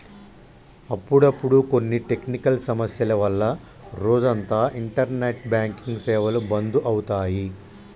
అప్పుడప్పుడు కొన్ని టెక్నికల్ సమస్యల వల్ల రోజంతా ఇంటర్నెట్ బ్యాంకింగ్ సేవలు బంధు అవుతాయి